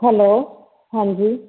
hello ਹਾਂਜੀ